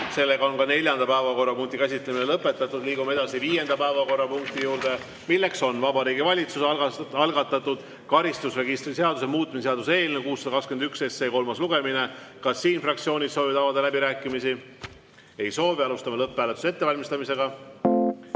võetud. Ka neljanda päevakorrapunkti käsitlemine on lõpetatud. Liigume edasi viienda päevakorrapunkti juurde, milleks on Vabariigi Valitsuse algatatud karistusregistri seaduse muutmise seaduse eelnõu 621 kolmas lugemine. Kas fraktsioonid soovivad avada läbirääkimisi? Ei soovi. Alustame lõpphääletuse ettevalmistamist.